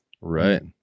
Right